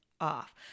off